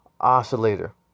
Oscillator